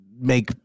make